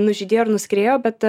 nužydėjo ar nuskriejo bet